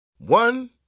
One